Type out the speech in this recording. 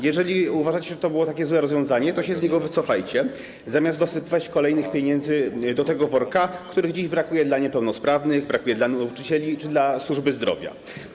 Jeżeli uważacie, że to było takie złe rozwiązanie, to się z niego wycofajcie, zamiast dosypywać kolejnych pieniędzy do tego worka - pieniędzy, których dziś brakuje dla niepełnosprawnych, brakuje dla nauczycieli czy dla służby zdrowia.